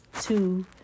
two